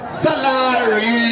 salary